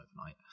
overnight